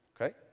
Okay